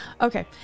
Okay